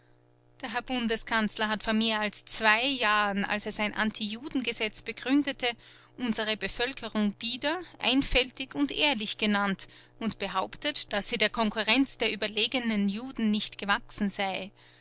der herr bundeskanzler hat vor mehr als zwei jahren als er sein antijudengesetz begründete unsere bevölkerung bieder einfältig und ehrlich genannt und behauptet daß sie der konkurrenz der überlegenen juden nicht gewachsen sei